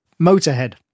motorhead